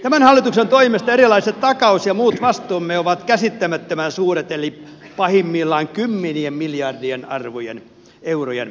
tämän hallituksen toimesta erilaiset takaus ja muut vastuumme ovat käsittämättömän suuret eli pahimmillaan kymmenien miljardien eurojen suuruiset